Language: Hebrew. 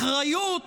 אחריות